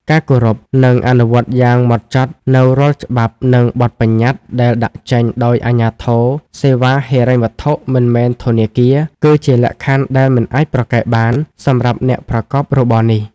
ការគោរព និងអនុវត្តតាមយ៉ាងម៉ត់ចត់នូវរាល់ច្បាប់ និងបទបញ្ញត្តិដែលដាក់ចេញដោយអាជ្ញាធរសេវាហិរញ្ញវត្ថុមិនមែនធនាគារ គឺជាលក្ខខណ្ឌដែលមិនអាចប្រកែកបានសម្រាប់អ្នកប្រកបរបរនេះ។